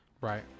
Right